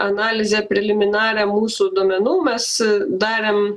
analizę preliminarią mūsų duomenų mes darėm